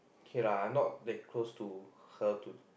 K lah I not that close to her to